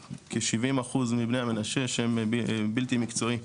כ-70% מקהילת בני מנשה הם בלתי מקצועיים.